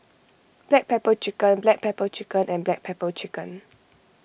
Black Pepper Chicken Black Pepper Chicken and Black Pepper Chicken